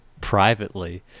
privately